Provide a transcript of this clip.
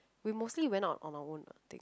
we mostly went out on our own ah I think